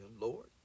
Lord